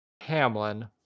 Hamlin